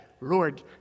Lord